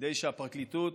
כדי שהפרקליטות